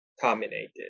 terminated